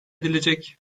edilecek